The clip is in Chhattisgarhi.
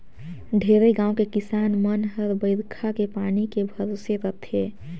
ढेरे गाँव के किसान मन हर बईरखा के पानी के भरोसा रथे